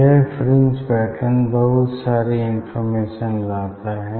यह fringe pattern बहुत सारी इनफार्मेशन लाता है